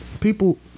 People